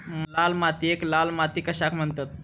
लाल मातीयेक लाल माती कशाक म्हणतत?